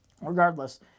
Regardless